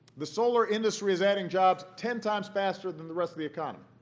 the solar industry is adding jobs ten times faster than the rest of the economy.